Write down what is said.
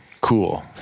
cool